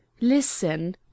listen